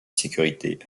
sécurité